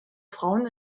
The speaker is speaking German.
frauen